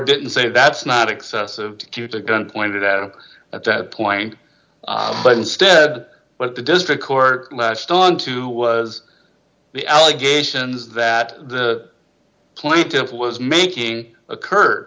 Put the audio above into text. didn't say that's not excessive cute a gun pointed at at that point but instead what the district court latched onto was the allegations that the plaintiff was making a cur